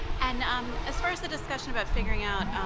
and um as far as the discussion about figuring out